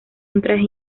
otras